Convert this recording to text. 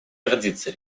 гордиться